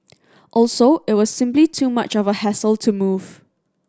also it was simply too much of a hassle to move